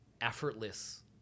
effortless